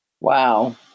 Wow